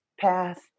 path